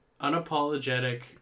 unapologetic